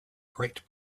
great